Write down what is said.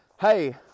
hey